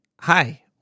hi